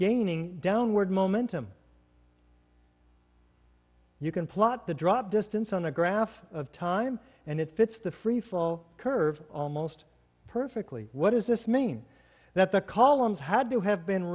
gaining downward momentum you can plot the drop distance on a graph of time and it fits the freefall curve almost perfectly what does this mean that the columns had to have been